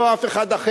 ולא אף אחר,